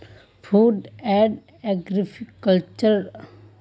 food and agriculture आर्गेनाईजेशनेर मुख्यालय इटलीर रोम शहरोत छे